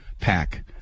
pack